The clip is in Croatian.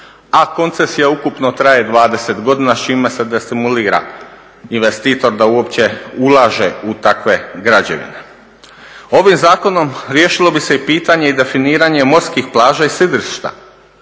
a koncesija ukupno traje 20 godina s čime se destimulira investitor da uopće ulaže u takve građevine. Ovim zakonom riješilo bi se i pitanje i definiranje morskih plaža i sidrišta.